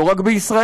לא רק בישראל.